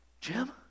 Jim